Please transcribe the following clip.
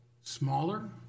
smaller